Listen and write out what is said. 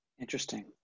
Interesting